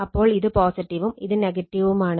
അപ്പോൾ ഇത് ഉം ഇത് വുമാണ്